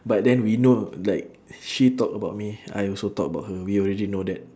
but then we know like she talk about me I also talk about her we already know that